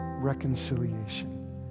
reconciliation